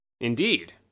Indeed